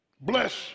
bless